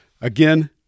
Again